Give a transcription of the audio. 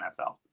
NFL